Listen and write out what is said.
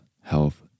health